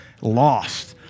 lost